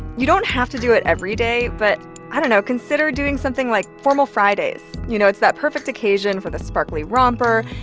you don't have to do it every day, but i don't know consider doing something like formal fridays. you know, it's that perfect occasion for the sparkly romper,